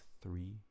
three